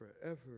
forever